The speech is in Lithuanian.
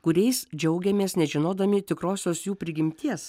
kuriais džiaugiamės nežinodami tikrosios jų prigimties